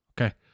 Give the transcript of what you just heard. Okay